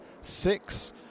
six